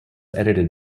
edited